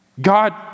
God